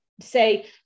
say